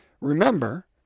Remember